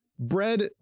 bread